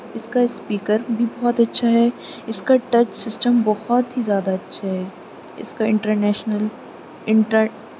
اس کا اسپیکر بھی بہت اچھا ہے اس کا ٹچ سسٹم بہت ہی زیادہ اچھا ہے اس کا انٹر نیشنل انٹر